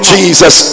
Jesus